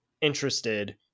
interested